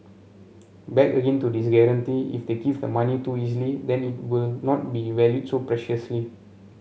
back again to this guarantee if they give the money too easily then it will not be valued so preciously